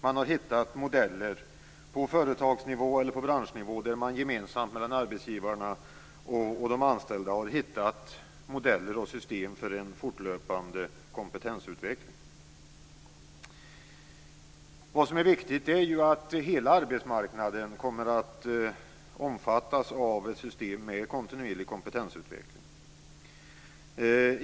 Man har hittat modeller på företagsnivå eller branschnivå där arbetsgivarna och de anställda gemensamt har hittat modeller och system för en fortlöpande kompetensutveckling. Det är viktigt att hela arbetsmarknaden omfattas av ett system med kontinuerlig kompetensutveckling.